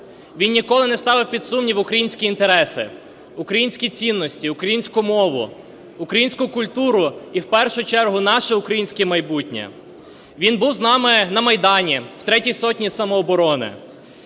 Він ніколи не ставив під сумнів українські інтереси, українські цінності, українську мову, українську культуру і, в першу чергу, наше українське майбутнє. Він був з нами на Майдані в 3 сотні самооборони.